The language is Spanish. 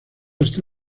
está